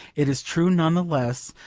it is true none the less,